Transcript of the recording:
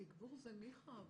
התגבור זה ניחא.